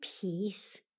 peace